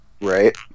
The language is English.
Right